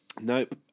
Nope